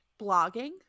blogging